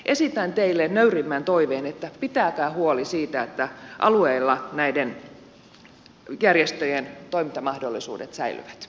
esitän teille nöyrimmän toiveen että pitäkää huoli siitä että alueilla näiden järjestöjen toimintamahdollisuudet säilyvät